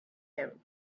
him